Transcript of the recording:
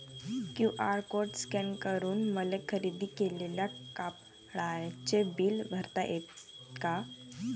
QR code scan करून मले खरेदी केलेल्या कापडाचे बिल भरता यीन का?